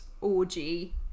orgy